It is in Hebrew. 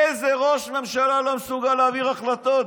איזה ראש ממשלה לא מסוגל להעביר החלטות?